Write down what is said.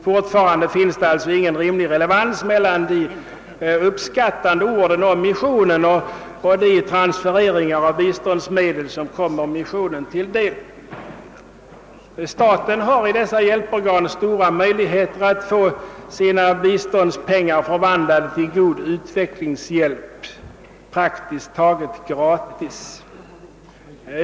Fortfarande finns det alltså ingen rimlig relation mellan de uppskattande orden om missionen och de transfereringar av biståndsmedel som kommer missionen till del. Staten har i dessa hjälporgan stora möjligheter att få sina biståndspengar förvandlade till god utvecklingshjälp, praktiskt taget gratis.